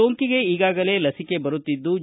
ಸೋಂಕಿಗೆ ಈಗಾಗಲೇ ಲಸಿಕೆ ಬರುತ್ತಿದ್ಲು